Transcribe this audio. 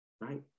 right